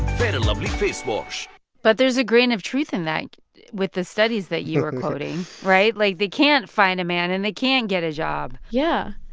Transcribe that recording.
fair and lovely face wash but there's a grain of truth in that with the studies that you're quoting, right? like, they can't find a man, and they can't get a job yeah.